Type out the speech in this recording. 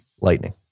Lightning